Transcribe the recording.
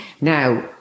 Now